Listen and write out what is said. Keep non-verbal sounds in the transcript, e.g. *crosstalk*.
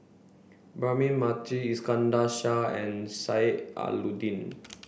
*unintelligible* Mathi Iskandar and Sheik Alau'ddin